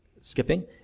skipping